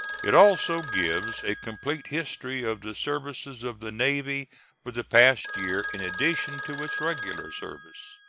it also gives a complete history of the services of the navy for the past year in addition to its regular service.